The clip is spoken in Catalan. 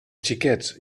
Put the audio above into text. xiquets